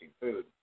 food